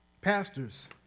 pastors